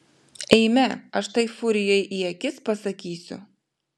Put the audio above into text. eime aš tai furijai į akis pasakysiu